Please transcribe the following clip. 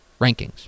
rankings